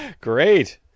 Great